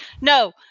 No